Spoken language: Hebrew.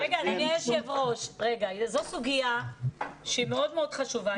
אדוני היו"ר זאת סוגיה שהיא מאוד מאוד חשובה.